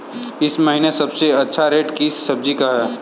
इस महीने सबसे अच्छा रेट किस सब्जी का है?